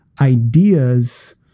ideas